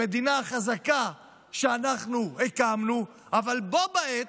המדינה החזקה שאנחנו הקמנו, אבל בה בעת,